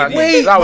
wait